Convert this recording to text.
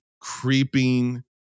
creeping